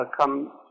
come